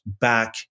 back